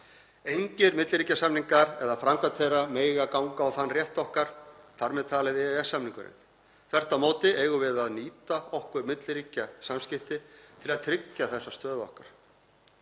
Engir milliríkjasamningar eða framkvæmd þeirra mega ganga á þann rétt okkar, þar með talið EES-samningurinn. Þvert á móti eigum við að nýta okkur milliríkjasamskipti til að tryggja þessa stöðu okkar.